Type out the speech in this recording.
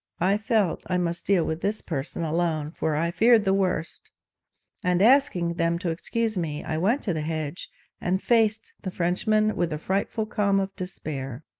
felt i must deal with this person alone, for i feared the worst and, asking them to excuse me, i went to the hedge and faced the frenchman with the frightful calm of despair.